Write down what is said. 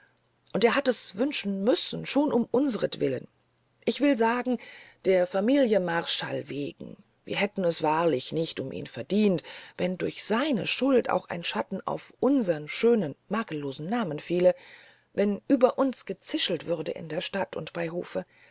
und er hat es wünschen müssen schon um unsertwillen ich will sagen der familie marschall wegen wir hätten es wahrlich nicht um ihn verdient wenn durch seine schuld auch ein schatten auf unseren schönen makellosen namen fiele wenn über uns gezischelt würde in der stadt und bei hofe